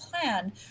plan